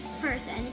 person